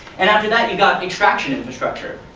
and after that, you've got extraction infrastructure.